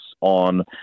on